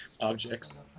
objects